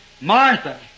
Martha